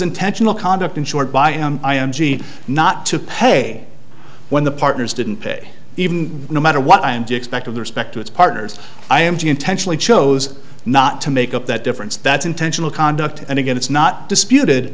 intentional conduct in short by him i am g not to pay when the partners didn't pay even no matter what i am back to the respect to its partners i am to intentionally chose not to make up that difference that's intentional conduct and again it's not disputed